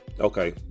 okay